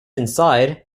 inside